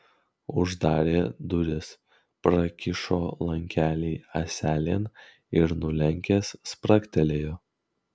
uždarė duris prakišo lankelį ąselėn ir nulenkęs spragtelėjo